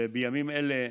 ובימים אלה,